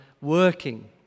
working